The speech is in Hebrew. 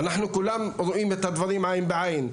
אנחנו כולם רואים את הדברים עין בעין.